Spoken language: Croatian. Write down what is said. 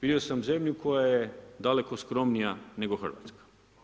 Vidio sam zemlju koja je dalek skromnija nego Hrvatska.